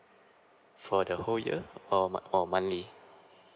for the whole year or or monthly